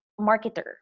marketer